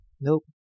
nope